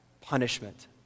punishment